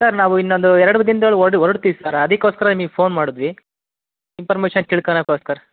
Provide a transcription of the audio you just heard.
sir ನಾವು ಇನ್ನೊಂದು ಎರಡು ದಿನದಲ್ಲಿ ಹೊರಡು ಹೊರಡ್ತೀವಿ ಸರ್ ಅದಕ್ಕೋಸ್ಕರ ನಿಮಗೆ ಫೋನ್ ಮಾಡಿದ್ವಿ ಇನ್ಫಾರ್ಮೇಶನ್ ತಿಳ್ಕೊಳ್ಳೋಕ್ಕೋಸ್ಕರ